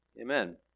Amen